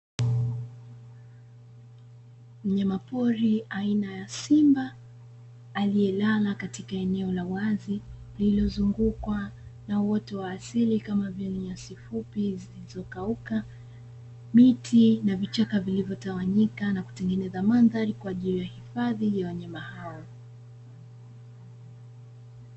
Mnyamapori aina ya simba aliyelala katika eneo la wazi lililozungukwa na uoto wa asili kama vile: nyasi fupi zilizokauka, miti na vichaka vilivyotawanyika na kutengeneza mandhari kwa ajili ya hifadhi ya wanyama hao.